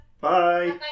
Bye